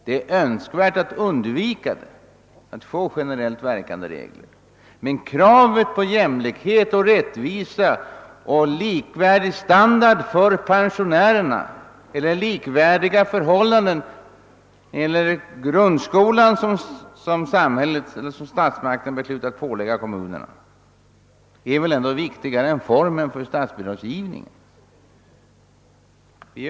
Det är önsk värt att undvika specialdestination och få generellt verkande regler. Kravet på jämlikhet och likvärdig standard för pensionärerna eller likvärdiga förhållanden när det gäller grundskolan, som statsmakterna har ålagt kommunerna att åstadkomma, är väl ändå viktigare än formerna för statsbidragsgivningen.